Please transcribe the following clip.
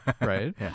right